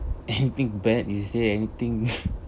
anything bad you say anything